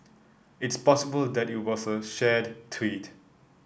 it's possible that it was a shared tweet